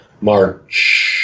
March